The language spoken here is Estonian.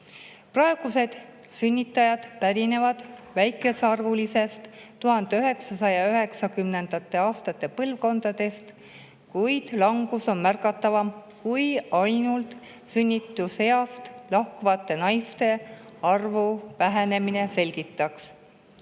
Praegused sünnitajad pärinevad väikesearvulisest 1990. aastate põlvkonnast, kuid langus on märgatavam, kui ainult sünnituseast lahkuvate naiste arvu vähenemine selgitaks.